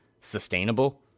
sustainable